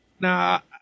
Now